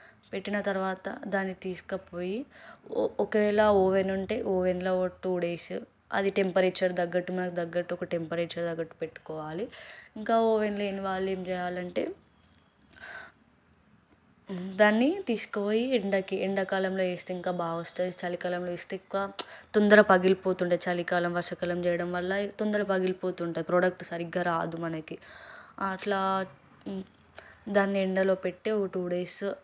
పెట్టిన తర్వాత దాన్ని తీసుకుపోయి ఒకవేళ ఓవెన్ ఉంటే ఓవెన్లో ఓ టూ డేస్ అది టెంపరేచర్ తగ్గట్టు మనకు తగ్గట్టు ఒక టెంపరేచర్ తగ్గట్టు పెట్టుకోవాలి ఇంకా ఓవెన్ లేనివాళ్ళు ఏం చేయాలి అంటే దాన్ని తీసుకుపోయి ఎండకి ఎండాకాలంలో వేస్తే ఇంకా బాగా వస్తుంది చలికాలంలో వేస్తే ఎక్కువ తొందరగా పగిలిపోతుండే చలికాలం వర్షాకాలం చేయడం వల్ల తొందరగా పగిలిపోతుంటుంది ప్రోడక్ట్ సరిగ్గా రాదు మనకి అట్లా దాన్ని ఎండలో పెట్టి ఓ టూ డేస్